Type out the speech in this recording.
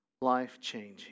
life-changing